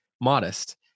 modest